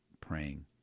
praying